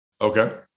Okay